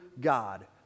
God